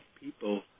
people